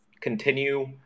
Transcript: continue